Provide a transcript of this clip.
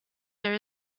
there